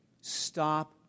stop